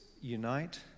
unite